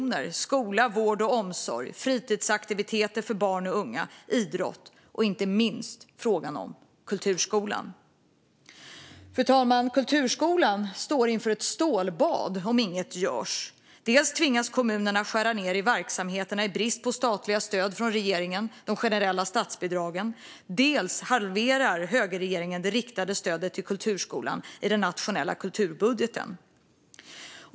Det handlar om skola, vård och omsorg, fritidsaktiviteter för barn och unga, idrott och inte minst frågan om kulturskolan. Fru talman! Kulturskolan står inför ett stålbad om inget görs. Dels tvingas kommunerna skära ned i verksamheten i brist på statliga stöd från regeringen, de generella statsbidragen, dels halverar högerregeringen det riktade stödet till kulturskolan i den nationella kulturbudgeten.